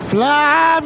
Fly